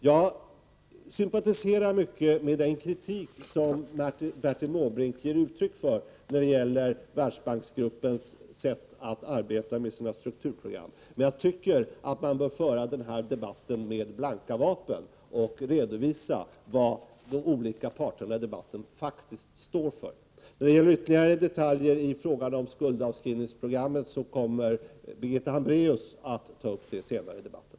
Jag sympatiserar med mycket av den kritik som Bertil Måbrink ger uttryck för när det gäller Världsbanksgruppens sätt att arbeta med sina strukturprogram. Men jag tycker att man bör föra den här debatten med blanka vapen och redovisa vad de olika parterna i debatten faktiskt står för. När det gäller ytterligare detaljer i fråga om skuldavskrivningsprogrammet kommer Birgitta Hambraeus att ta upp dessa senare i debatten.